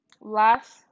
last